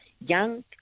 young